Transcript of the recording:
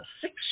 six